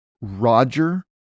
Roger